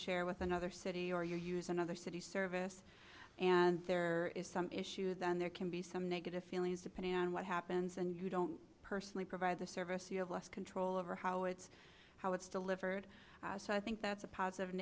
share with another city or use another city service and there is some issue then there can be some negative feelings depending on what happens and you don't personally provide the service you have less control over how it's how it's delivered so i think that's a positive